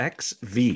XV